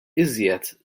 iżjed